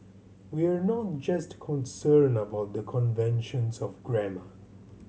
we're not just concerned about the conventions of grammar